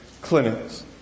clinics